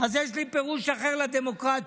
אז יש לי פירוש אחר לדמוקרטיה.